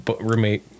roommate